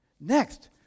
Next